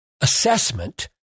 assessment